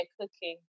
cooking